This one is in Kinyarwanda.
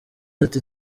ati